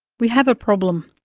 we have a problem.